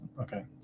okay